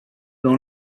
dans